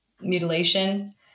mutilation